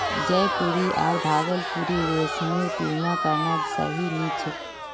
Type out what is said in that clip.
जयपुरी आर भागलपुरी रेशमेर तुलना करना सही नी छोक